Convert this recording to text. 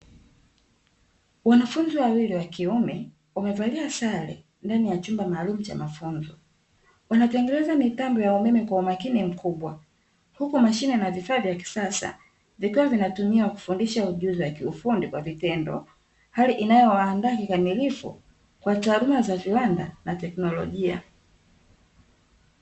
Wanafunzi wawili wakiume wamevalia sare ndani ya chumba maalumu cha mafunzo, wanatengeneza mitambo ya umeme kwa umakini mkubwa. Huku mashine na vifaa vya kisasa vikiwa vinatumiwa kufundisha ujuzi wa kiufundi kwa vitendo, hali inayowaandaa kikamilifu kwa taaluma za viwanda na teknolojia.